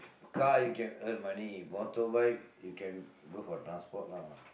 car you can earn money motorbike you can go for transport lah